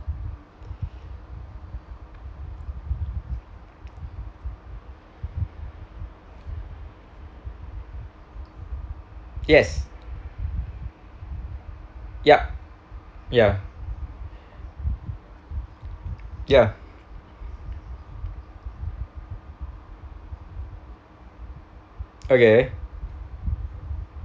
yes yup ya ya okay